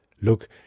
Look